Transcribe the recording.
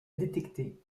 détecter